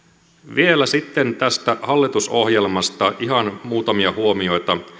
vielä sitten tästä hallitusohjelmasta ihan muutamia huomioita